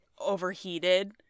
overheated